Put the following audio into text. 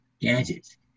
gadgets